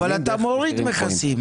אבל אתה מוריד מכסים.